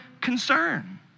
concern